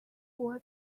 was